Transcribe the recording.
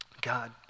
God